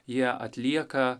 jie atlieka